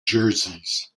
jerseys